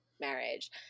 marriage